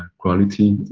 quality,